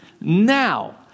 now